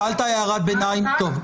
שאלת הערת ביניים, טוב.